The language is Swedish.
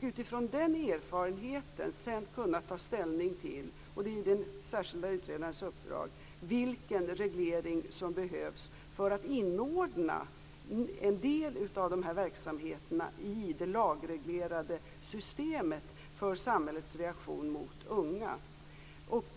Utifrån den erfarenheten kan vi sedan ta ställning till - det är den särskilda utredarens uppdrag - vilken reglering som behövs för att inordna en del av verksamheterna i det lagreglerade systemet för samhällets reaktion mot unga.